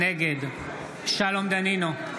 נגד שלום דנינו,